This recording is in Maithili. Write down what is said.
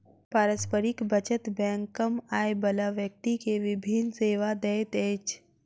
पारस्परिक बचत बैंक कम आय बला व्यक्ति के विभिन सेवा दैत अछि